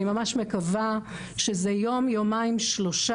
אני ממש מקווה שזה יום-יומיים-שלושה,